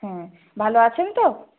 হ্যাঁ ভালো আছেন তো